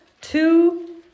two